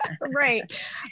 Right